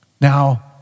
Now